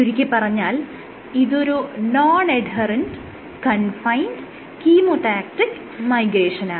ചുരുക്കിപ്പറഞ്ഞാൽ ഇതൊരു non adherent confined chemotactic മൈഗ്രേഷനാണ്